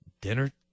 dinner